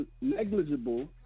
negligible